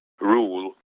rule